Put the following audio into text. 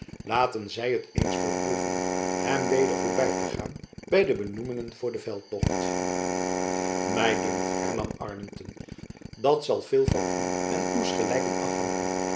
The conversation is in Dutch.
laten zy t eens beproeven hem weder voorby te gaan by de benoemingen voor den veldtocht my dunkt hernam arlington dat zal veel van u en uws gelijken afhangen